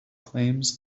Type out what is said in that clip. claims